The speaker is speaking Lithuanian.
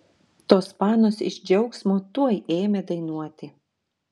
tos panos iš džiaugsmo tuoj ėmė dainuoti